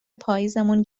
پاییزیمون